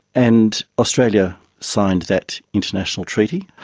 and australia signed that international treaty.